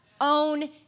Own